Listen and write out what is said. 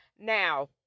now